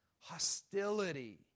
hostility